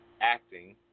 acting